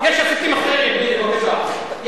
יש אפיקים אחרים, בבקשה.